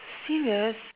serious